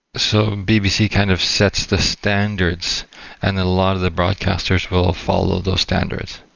so bbc kind of sets the standards and a lot of the broadcasters will ah follow those standards.